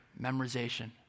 memorization